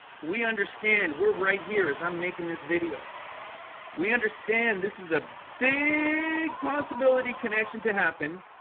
we understand. we're right here as i'm making this video we understand. this is a big possibility connection to happen